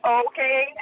okay